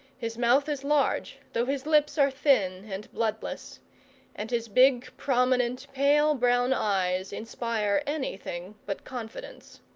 his mouth is large, though his lips are thin and bloodless and his big, prominent, pale brown eyes inspire anything but confidence.